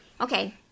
okay